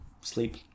Sleep